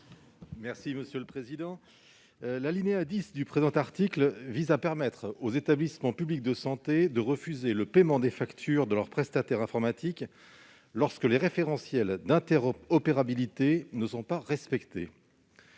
M. Martin Lévrier. L'alinéa 10 du présent article vise à permettre aux établissements publics de santé de refuser le paiement des factures de leurs prestataires informatiques lorsque les référentiels d'interopérabilité ne sont pas respectés.